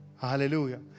Hallelujah